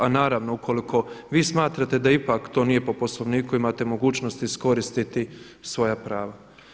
A naravno ukoliko vi smatrate da ipak to nije po Poslovniku imate mogućnost iskoristiti svoja prava.